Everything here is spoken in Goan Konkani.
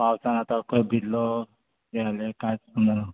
पावसान आतां अक्को भिजलो कितें जालें कांयत समजना